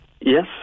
Yes